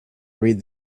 read